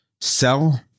sell